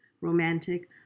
Romantic